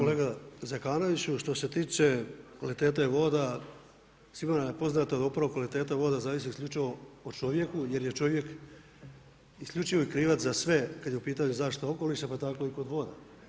Kolega Zekanoviću, što se tiče kvalitete voda sigurno vam je poznato da upravo kvaliteta voda zavisi isključivo o čovjeku jer je čovjek isključivi krivac za sve kad je u pitanju zaštita okoliša pa tako i kod voda.